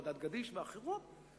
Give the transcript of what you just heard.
ועדת-גדיש ואחרות,